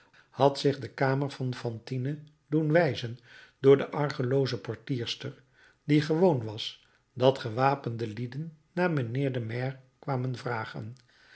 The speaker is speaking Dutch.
had zich de kamer van fantine doen wijzen door de argelooze portierster die gewoon was dat gewapende lieden naar mijnheer den maire kwamen vragen